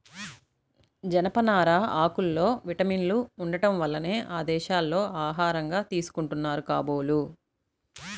జనపనార ఆకుల్లో విటమిన్లు ఉండటం వల్లనే ఆ దేశాల్లో ఆహారంగా తీసుకుంటున్నారు కాబోలు